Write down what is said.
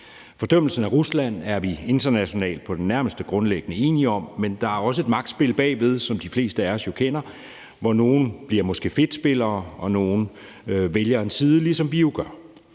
Fordømmelsen af Rusland er vi internationalt på det nærmeste grundlæggende enige om, men der er også et magtspil bagved, som de fleste af os jo kender, hvor nogle måske bliver fedtspillere, mens andre vælger en side, ligesom vi jo gør.